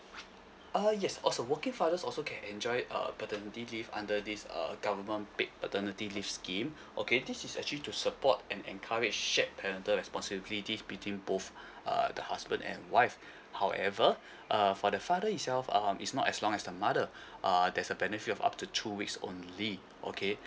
uh yes also working farthers also can enjoy uh paternity leave under this uh government paid alternatively scheme okay this is actually to support and encourage shack and the responsibilities between both uh the husband and wife however uh for the father itself um it's not as long as the mother uh there's a benefit of up to two weeks only okay